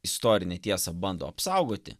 istorinę tiesą bando apsaugoti